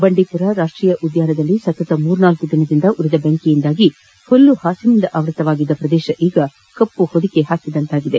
ಬಂಡೀಪುರ ರಾಷ್ಷೀಯ ಉದ್ದಾನದಲ್ಲಿ ಸತತ ಮೂರ್ನಾಲ್ಲು ದಿನದಿಂದ ಉರಿದ ಬೆಂಕಿಯಿಂದಾಗಿ ಹುಲ್ಲುಹಾಸಿನಿಂದ ಆವೃತವಾಗಿದ್ದ ಪ್ರದೇಶ ಈಗ ಕಪ್ಪು ಹೊದಿಕೆ ಹಾಕಿದಂತಾಗಿದೆ